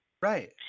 Right